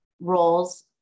roles